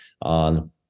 on